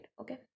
okay